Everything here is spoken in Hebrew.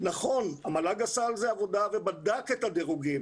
נכון, המל"ג עשה על זה עבודה ובדק את הדירוגים.